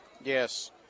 Yes